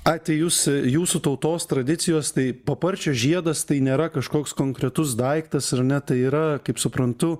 ai tai jūs jūsų tautos tradicijos tai paparčio žiedas tai nėra kažkoks konkretus daiktas ar ne tai yra kaip suprantu